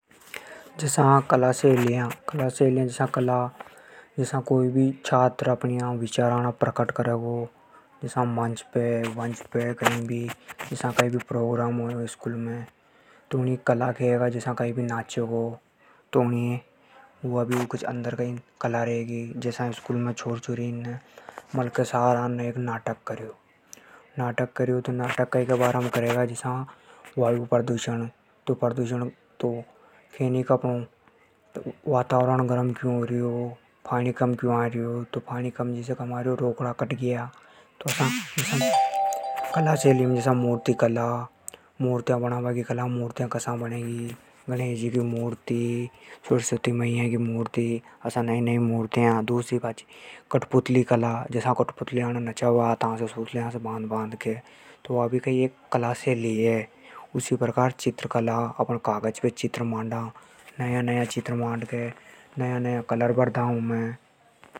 कला शैलियां। जसा कोई भी छात्र अपना विचार प्रकट करेगो। मंच पे जसा कई भी प्रोग्राम होवे स्कूल में। तो वु जो भी करे वा ऊकी कला रेवे। कला शैली में जसा मूर्ति बनाबा की कला। कठपुतली नचाबो भी एक कला हे। जसा चित्र मांडबो भी एक कला है।